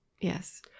Yes